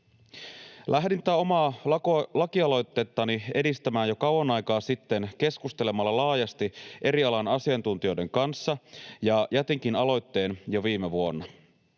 Lähdin tätä omaa lakialoitettani edistämään jo kauan aikaa sitten keskustelemalla laajasti eri alojen asiantuntijoiden kanssa, ja jätinkin aloitteen jo viime vuonna.